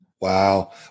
Wow